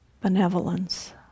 benevolence